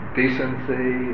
decency